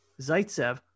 Zaitsev